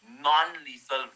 non-lethal